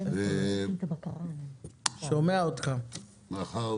היושב-ראש, מאחר